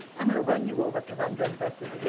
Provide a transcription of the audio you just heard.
i'm gonna run you over cause i'm doing buses.